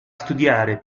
studiare